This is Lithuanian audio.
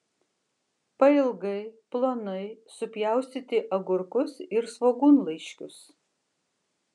pailgai plonai supjaustyti agurkus ir svogūnlaiškius